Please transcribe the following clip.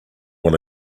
one